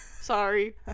sorry